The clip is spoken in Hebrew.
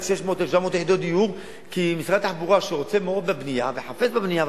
1,600 1,700 יחידות דיור כי משרד התחבורה רוצה מאוד בבנייה וחפץ בבנייה,